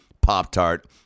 Pop-Tart